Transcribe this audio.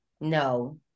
no